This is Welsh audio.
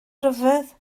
ryfedd